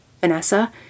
vanessa